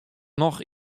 noch